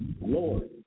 Lord